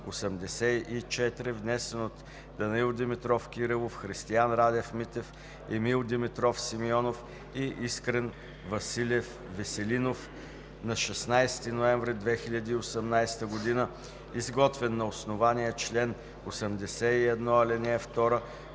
внесен от Данаил Димитров Кирилов, Христиан Радев Митев, Емил Димитров Симеонов и Искрен Василев Веселинов на 16 ноември 2018 г., изготвен на основание чл. 81, ал. 2